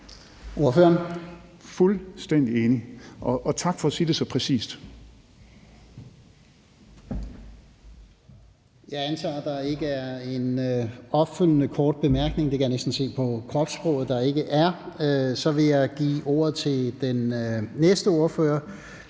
fuldstændig enig. Og tak for at sige det så præcist.